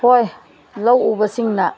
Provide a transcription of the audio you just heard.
ꯍꯣꯏ ꯂꯧ ꯎꯕꯁꯤꯡꯅ